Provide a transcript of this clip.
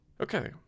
Okay